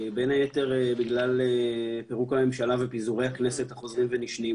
בין היתר בגלל פירוק הממשלה ופיזורי הכנסת החוזרים ונשנים,